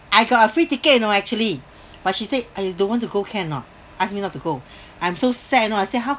I got a free ticket you know actually but she said I don't want you to go can or not asked me not to go I'm so sad you know I say how